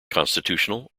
constitutional